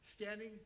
standing